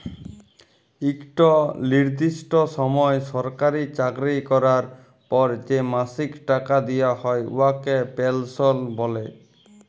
ইকট লিরদিষ্ট সময় সরকারি চাকরি ক্যরার পর যে মাসিক টাকা দিয়া হ্যয় উয়াকে পেলসল্ ব্যলে